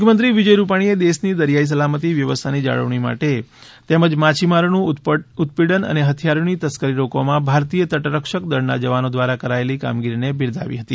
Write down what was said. મુખ્યમંત્રી વિજય રૂપાણીએ દેશની દરિયાઇ સલામતી વ્યવસ્થાની જાળવણી તેમજ માછીમારોનું ઉત્પીડન અને હથિયારોની તસ્કરી રોકવામાં ભારતીય તટરક્ષક દળના જવાનો દ્વારા કરાયેલી કામગીરીને બીરદાવી હતી